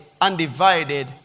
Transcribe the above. undivided